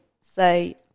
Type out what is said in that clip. say